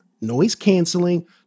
noise-canceling